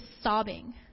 sobbing